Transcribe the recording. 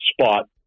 spot